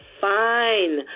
fine